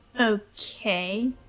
Okay